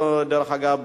דרך אגב,